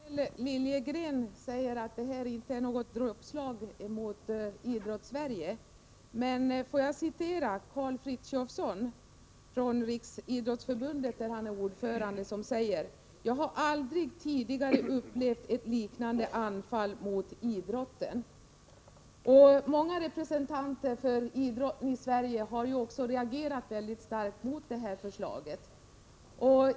Herr talman! Gunnel Liljegren säger att det inte är fråga om något dråpslag mot Idrottssverige. Låt mig då citera Karl Frithiofson, ordförande i riksidrottsförbundet. Han säger: ”Jag har aldrig tidigare upplevt ett liknande anfall mot idrotten.” Många representanter för idrotten i Sverige har också reagerat väldigt starkt mot det här förslaget.